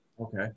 Okay